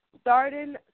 starting